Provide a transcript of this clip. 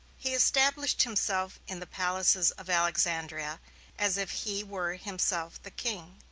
he established himself in the palaces of alexandria as if he were himself the king.